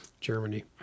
Germany